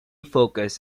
focus